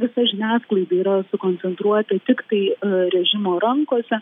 visa žiniasklaida yra sukoncentruota tiktai režimo rankose